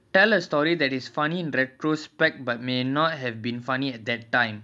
what question is there okay tell a story that is funny in retrospect but may not have been funny at that time